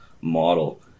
model